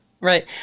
Right